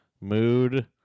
Mood